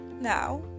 Now